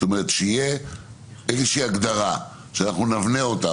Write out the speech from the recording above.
שתהיה איזה הגדרה שנבנה אותה,